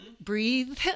Breathe